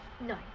No